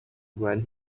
when